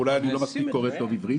ואולי אני לא קורא מספיק טוב עברית,